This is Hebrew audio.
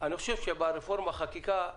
אני חושב שבחקיקת רפורמה,